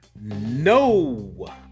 No